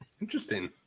Interesting